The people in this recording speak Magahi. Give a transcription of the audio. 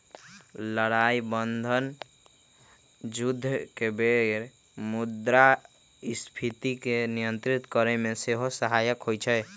लड़ाइ बन्धन जुद्ध के बेर मुद्रास्फीति के नियंत्रित करेमे सेहो सहायक होइ छइ